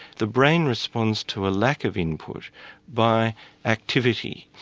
the brain responds to a lack of input by activity.